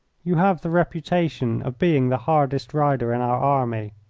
you have the reputation of being the hardest rider in our army.